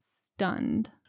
stunned